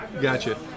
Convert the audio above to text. Gotcha